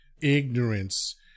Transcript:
ignorance